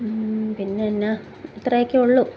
പിന്നെ എന്നാൽ ഇത്രയൊക്കെ ഉള്ളൂ